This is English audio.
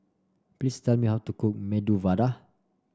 please tell me how to cook Medu Vada